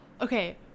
Okay